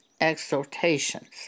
Exhortations